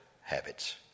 habits